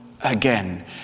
again